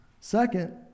Second